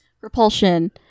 Repulsion